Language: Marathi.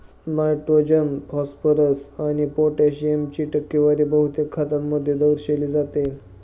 नायट्रोजन, फॉस्फरस आणि पोटॅशियमची टक्केवारी बहुतेक खतांमध्ये दर्शविली जाते